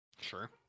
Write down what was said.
Sure